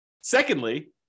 secondly